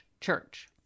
church